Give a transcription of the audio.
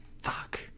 fuck